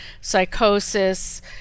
psychosis